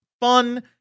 fun